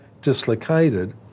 dislocated